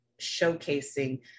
showcasing